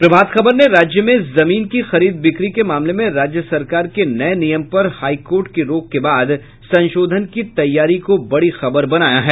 प्रभात खबर ने राज्य में जमीन की खरीद बिक्री के मामले में राज्य सरकार के नये नियम पर हाई कोर्ट की रोक के बाद संशोधन की तैयारी को बड़ी खबर बनाया है